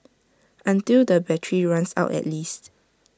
until the battery runs out at least